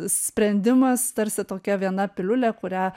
sprendimas tarsi tokia viena piliulė kurią